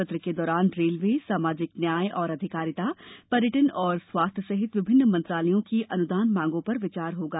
सत्र के दौरान रेलवे सामाजिक न्याय और आधिकारिता पयर्टन और स्वास्थ्य सहित विभिन्न मंत्रालायों की अनुदान मांगों पर विचार होगा